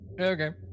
Okay